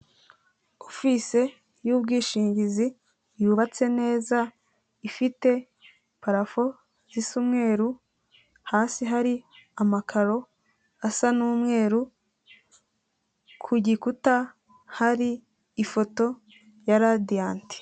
Ofise y'ubwishingizi yubatse neza, ifite parafo zisa umweru, hasi hari amakaro asa n'umweru, ku gikuta hari ifoto ya Radiant.